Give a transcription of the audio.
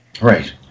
Right